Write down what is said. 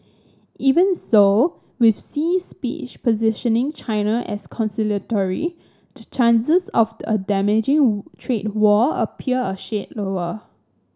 even so with Xi's speech positioning China as conciliatory the chances of a damaging trade war appear a shade lower